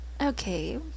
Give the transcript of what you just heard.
Okay